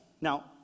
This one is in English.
Now